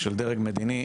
של דרג מדיני.